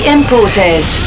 Imported